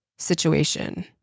Situation